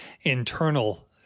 internal